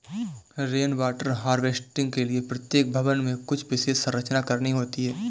rain water harvesting के लिए प्रत्येक भवन में कुछ विशेष संरचना करनी होती है